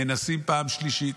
מנסים פעם שלישית.